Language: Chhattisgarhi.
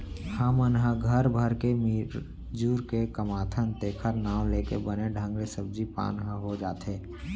हमन ह घर भर के मिरजुर के कमाथन तेखर नांव लेके बने ढंग ले सब्जी पान ह हो जाथे